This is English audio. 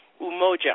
Umoja